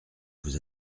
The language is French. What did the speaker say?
vous